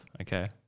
okay